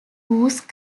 whose